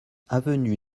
avenue